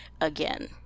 again